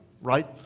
right